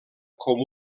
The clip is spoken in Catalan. com